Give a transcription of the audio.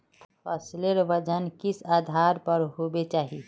फसलेर वजन किस आधार पर होबे चही?